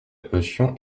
potion